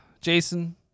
Jason